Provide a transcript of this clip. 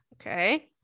Okay